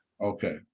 Okay